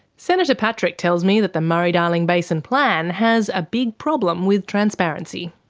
senator patrick tells me that the murray-darling basin plan has a big problem with transparency.